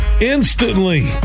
instantly